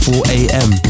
4am